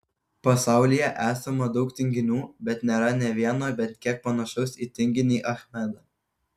pasaulyje esama daug tinginių bet nėra nė vieno bent kiek panašaus į tinginį achmedą